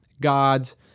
God's